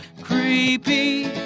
creepy